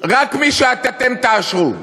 רק מי שאתם תאשרו.